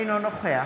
אינו נוכח